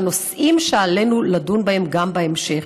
והנושאים שעלינו לדון בהם גם בהמשך.